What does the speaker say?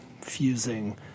fusing